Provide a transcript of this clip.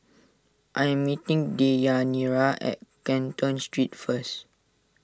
I am meeting Deyanira at Canton Street first